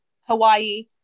Hawaii